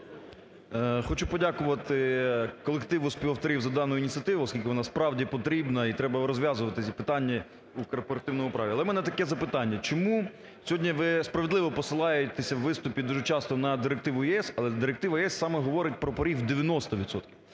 Хочу подякувати колективу співавторів за дану ініціативу, оскільки вона, справді, потрібна і треба розв'язувати ці питання у корпоративному праві. Але в мене таке запитання. Чому сьогодні ви справедливо посилаєтесь у виступі дуже часто на директиву ЄС, але директива ЄС саме говорить про поріг в 90